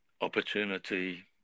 opportunity